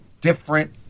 different